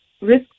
risk